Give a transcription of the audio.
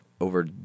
over